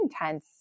intense